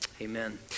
Amen